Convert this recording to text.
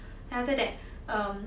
then after that um